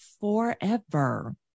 forever